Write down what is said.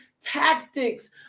tactics